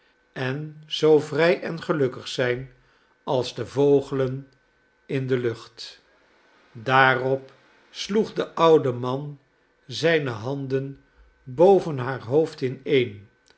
en zoo vrij en gelukkig zijn als de vogelen in de lucht daarop sloeg de oude man zijne handen boven haar hoofd ineen